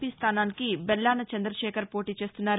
P స్థానానికి బెల్లాన చంద్రశేఖర్ పోటీ చేస్తున్నారు